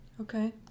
Okay